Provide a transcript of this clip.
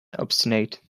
obstinate